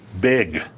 big